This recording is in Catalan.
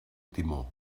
timó